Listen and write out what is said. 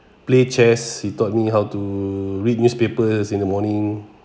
play chess he taught me how to read newspapers in the morning